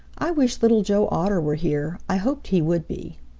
i wish little joe otter were here. i hoped he would be.